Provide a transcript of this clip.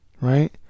Right